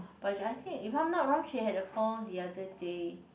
but I think if I not wrong he had a fall the other day